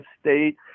state